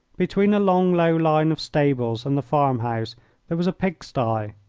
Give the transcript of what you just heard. between a long, low line of stables and the farm-house there was a pig-sty.